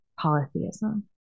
polytheism